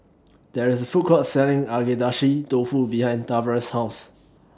There IS A Food Court Selling Agedashi Dofu behind Tavares' House